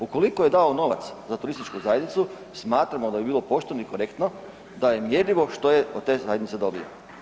Ukoliko je dao novac za turističku zajednicu smatramo da bi bilo pošteno i korektno da je mjerivo što je od te zajednice dobio.